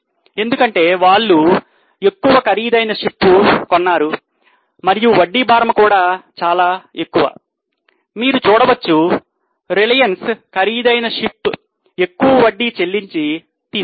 ఎందుకంటే వాళ్లు ఎక్కువ ఖరీదైన షిప్ కొన్నారు మరియు వడ్డీ భారము కూడా చాలా ఎక్కువ మీరు చూడవచ్చు రిలయన్స్ ఖరీదైన షిప్ ఎక్కువ వడ్డీ చెల్లించి తీసుకుంది